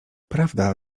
prawda